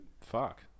Fuck